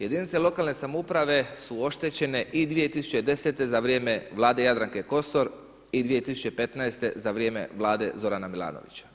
Jedinice lokalne samouprave su oštećene i 2010. za vrijeme Vlade Jadranke Kosor i 2015. za vrijeme Vlade Zorana Milanovića.